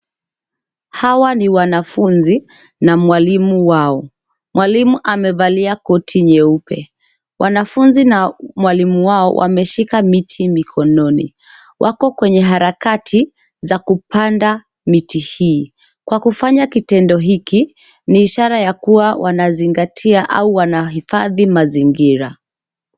Hawa ni wanafunzi na mwalimu wao. Mwalimu amevalia kote nyeupe. Wanafunzi na mwalimu wao wameshika miti mikononi. Wako kwenye harakati za kupanda miti hii. Kwa kufanya kitendo hiki ni ishara ya kuwa wanazingatia au wanahifadhi mazingira.